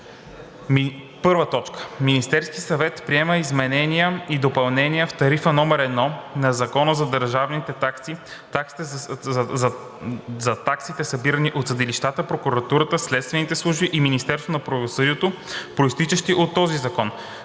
закон: 1. Министерският съвет приема измененията и допълненията в Тарифа № 1 към Закона за държавните такси за таксите, събирани от съдилищата, прокуратурата, следствените служби и Министерството на правосъдието, произтичащи от този закон.